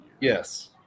Yes